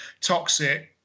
toxic